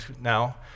now